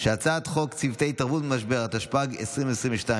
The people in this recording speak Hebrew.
הצעת חוק צוותי התערבות במשבר, התשפ"ג 2022,